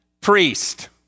priest